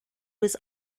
was